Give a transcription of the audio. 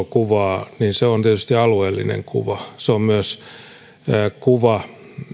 kuvaa niin se on tietysti alueellinen kuva se on myös kuva